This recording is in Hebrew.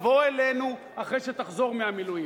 תבוא אלינו אחרי שתחזור מהמילואים.